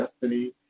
destiny